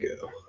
go